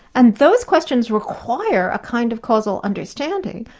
and those questions require a kind of causal understanding,